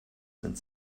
sind